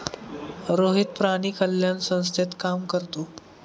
रोहित प्राणी कल्याण संस्थेत काम करतो